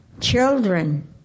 Children